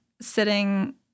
sitting